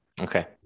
Okay